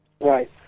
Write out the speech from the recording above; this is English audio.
Right